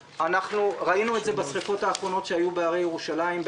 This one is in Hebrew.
ראינו את זה בשריפות האחרונות שהיו בהרי ירושלים,